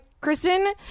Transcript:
Kristen